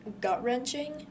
gut-wrenching